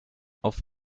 auf